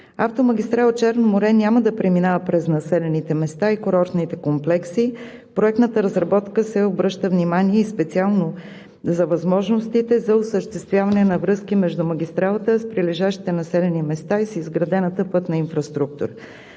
Автомагистрала „Черно море“ няма да преминава през населените места и курортните комплекси. В проектната разработка се обръща специално внимание за възможностите за осъществяване на връзки между магистралата с прилежащите населени места и с изградената пътна инфраструктура.